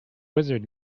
wizard